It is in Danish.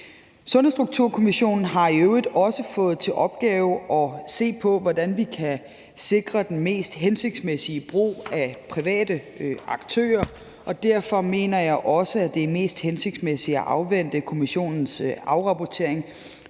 Sundhedsstrukturkommissionen har i øvrigt også fået til opgave at se på, hvordan vi kan sikre den mest hensigtsmæssige brug af private aktører, og derfor mener jeg også, at det er mest hensigtsmæssigt at afvente kommissionens afrapportering,